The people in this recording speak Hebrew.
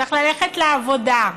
צריך ללכת לעבודה,